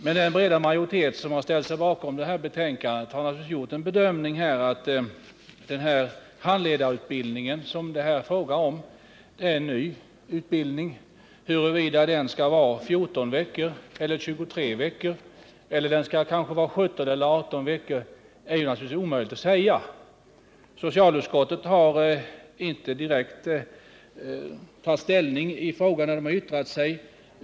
Men en bred majoritet har ställt sig bakom förslaget i betänkandet. Den handledarutbildning det är fråga om är en ny utbildning. Huruvida den skall vara 14 eller 23 veckor — eller kanske 17 eller 18 veckor — är omöjligt att säga. Socialutskottet har inte tagit ställning till den frågan i sitt yttrande.